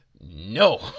no